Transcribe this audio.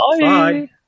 Bye